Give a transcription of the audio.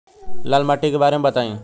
लाल माटी के बारे में बताई